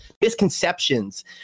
misconceptions